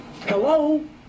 Hello